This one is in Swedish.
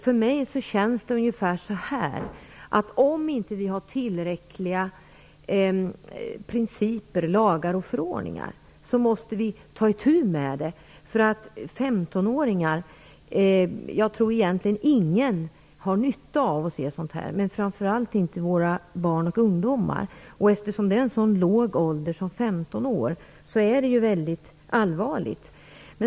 För mig känns det ungefär så här: Om vi inte har tillräckliga lagar och förordningar måste vi ta itu med det här. Jag tror inte att någon egentligen har nytta av att se sådant här, framför allt inte våra barn och ungdomar. Eftersom åldersgränsen är så låg som 15 år är det väldigt allvarligt.